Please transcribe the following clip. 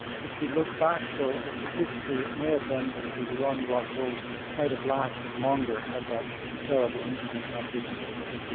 if you look back, though, at the history, it may have been that the iran-iraq war might have lasted longer had that terrible incident not taken place